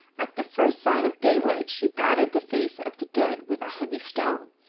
at the first sign of daylight she battered the face of the dead with a heavy stone,